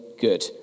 good